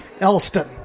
Elston